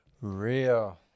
Real